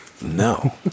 No